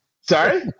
Sorry